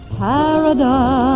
paradise